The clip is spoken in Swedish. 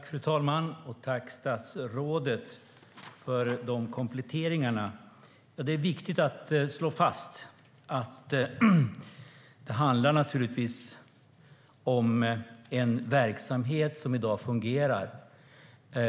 Fru talman! Jag tackar statsrådet för de kompletteringarna. Det är viktigt att slå fast att det naturligtvis handlar om en verksamhet som i dag fungerar.